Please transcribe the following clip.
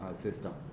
system